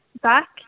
back